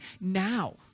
now